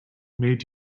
made